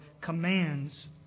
commands